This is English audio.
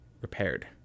repaired